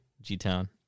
G-Town